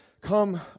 Come